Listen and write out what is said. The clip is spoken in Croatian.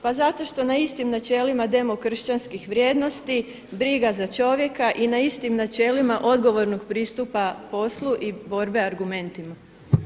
Pa zato što na istim načelima demokršćanskih vrijednosti, briga za čovjeka i na istim načelima odgovornog pristupa poslu i borbe argumentima.